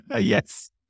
Yes